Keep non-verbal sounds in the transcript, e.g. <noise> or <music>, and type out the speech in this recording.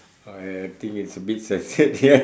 I think it's a bit censored ya <laughs>